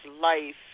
life